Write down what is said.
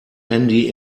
handy